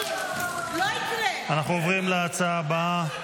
אנחנו עוברים להצעה הבאה,